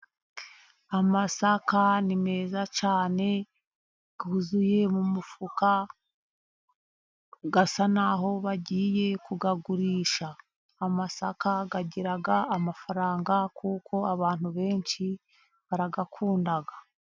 Amasaka ni meza cyane, yuzuye mu mufuka asa n'aho bagiye kuyagurisha. Amasaka agira amafaranga, kuko abantu benshi barayakunda.